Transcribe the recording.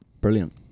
brilliant